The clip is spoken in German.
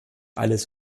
alles